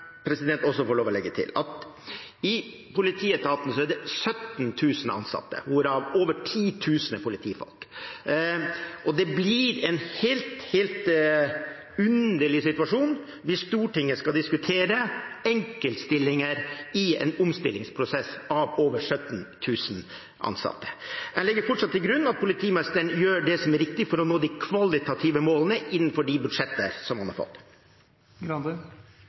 også få lov å legge til at i politietaten er det 17 000 ansatte, hvorav over 10 000 er politifolk, og det er blir en helt underlig situasjon hvis Stortinget skal diskutere enkeltstillinger i en omstillingsprosess med over 17 000 ansatte. Jeg legger fortsatt til grunn at politimesteren gjør det som er riktig for å nå de kvalitative målene innenfor de budsjetter man har fått.